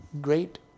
great